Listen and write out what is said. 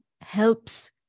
helps